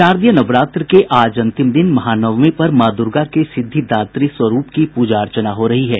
शारदीय नवरात्र के आज अंतिम दिन महानवमी पर माँ दूर्गा के सिद्धिदात्री स्वरूप की प्रजा अर्चना हो रही है